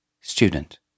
Student